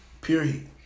Period